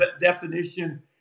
definition